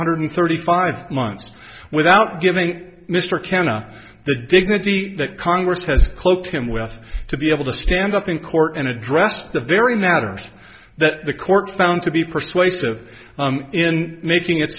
hundred thirty five months without giving mr khanna the dignity that congress has close him with to be able to stand up in court and address the very natters that the court found to be persuasive in making it